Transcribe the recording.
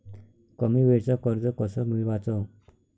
कमी वेळचं कर्ज कस मिळवाचं?